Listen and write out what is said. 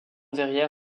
verrière